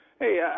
Hey